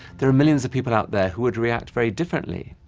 there are millions of people out there who would react very differently.